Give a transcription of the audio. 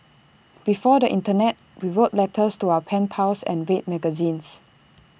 before the Internet we wrote letters to our pen pals and read magazines